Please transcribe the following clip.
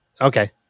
okay